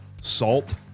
salt